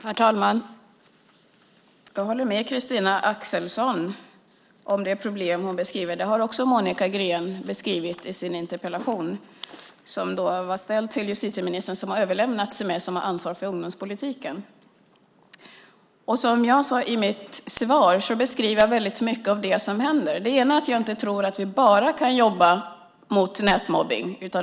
Herr talman! Jag håller med Christina Axelsson om de problem hon beskriver. Monica Green har också beskrivit dem i sin interpellation, som var ställd till justitieministern men har överlämnats till mig som har ansvar för ungdomspolitiken. I mitt svar beskriver jag väldigt mycket av det som händer. En sak är att jag inte tror att vi enbart kan jobba mot nätmobbning.